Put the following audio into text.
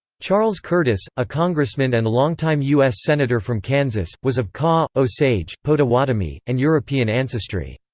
charles curtis, a congressman and longtime us senator from kansas, was of kaw, osage, potawatomi, and european ancestry.